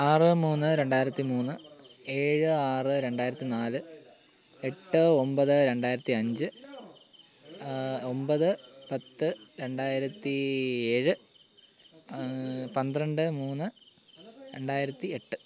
ആറ് മൂന്ന് രണ്ടായിരത്തി മൂന്ന് ഏഴ് ആറ് രണ്ടായിരത്തി നാല് എട്ട് ഒൻപത് രണ്ടായിരത്തി അഞ്ച് ഒൻപത് പത്ത് രണ്ടായിരത്തി ഏഴ് പന്ത്രണ്ട് മൂന്ന് രണ്ടായിരത്തി എട്ട്